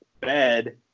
bed